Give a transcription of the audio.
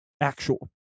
Actual